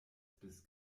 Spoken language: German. bis